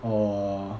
or